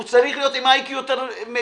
הוא צריך להיות עם איי קיו יותר גדול